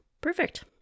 Perfect